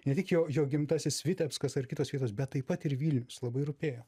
ne tik jo jo gimtasis vitebskas ar kitos vietos bet taip pat ir vilnius labai rūpėjo